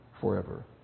forever